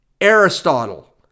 Aristotle